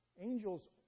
Angels